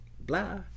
blah